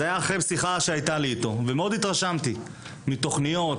זה היה אחרי שיחה שהייתה לי אתו והתרשמתי מאוד מתוכניות,